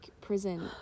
prison